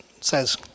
says